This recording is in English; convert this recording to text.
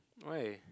why